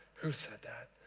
who said that?